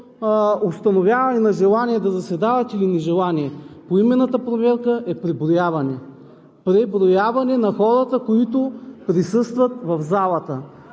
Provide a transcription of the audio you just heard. установяване на желание да заседават или нежелание. Поименната проверка е преброяване – преброяване на хората, които присъстват в залата.